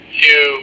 two